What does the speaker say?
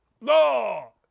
no